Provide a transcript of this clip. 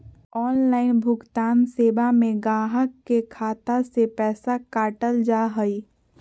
online भुगतान सेवा में गाहक के खाता से पैसा काटल जा हइ